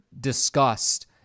discussed